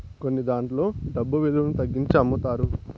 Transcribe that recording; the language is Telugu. కొన్నదాంట్లో డబ్బు విలువను తగ్గించి అమ్ముతారు